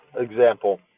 example